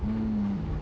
mm